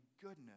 goodness